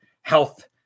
health